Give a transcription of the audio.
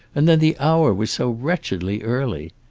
and then the hour was so wretchedly early.